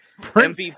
Prince